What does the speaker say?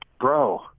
bro